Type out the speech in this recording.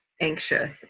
anxious